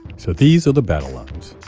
so these are the battle lines.